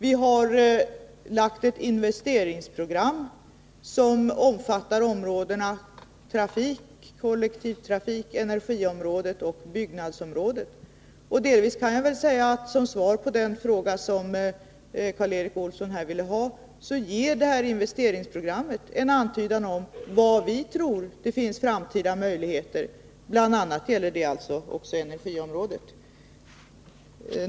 Vi har lagt fram ett investeringsprogram som omfattar områdena trafik, kollektivtrafik, energi och byggande. Som svar på den fråga som Karl Erik Olsson upprepade kan jag säga att detta investeringsprogram ger en antydan om var vi tror att det finns framtida möjligheter, alltså bl.a. inom energiområdet.